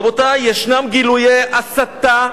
רבותי, ישנם גילויי הסתה,